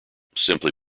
simply